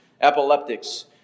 epileptics